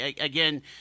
again